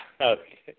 Okay